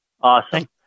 Awesome